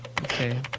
Okay